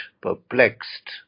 perplexed